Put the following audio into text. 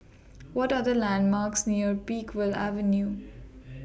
What Are The landmarks near Peakville Avenue